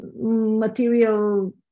material